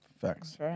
Facts